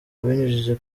abinyujije